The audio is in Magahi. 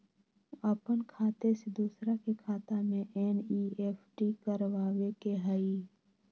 अपन खाते से दूसरा के खाता में एन.ई.एफ.टी करवावे के हई?